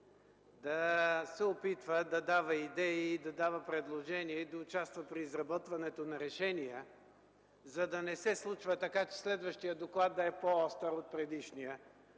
да се опитва да дава идеи, да дава предложения и да участва при изработването на решения, за да не се случва така, че следващият доклад да е по-остър от предишния,